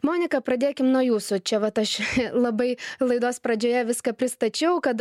monika pradėkim nuo jūsų čia vat aš labai laidos pradžioje viską pristačiau kad